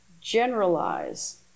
generalize